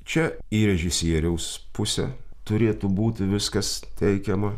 čia į režisieriaus pusę turėtų būti viskas teikiama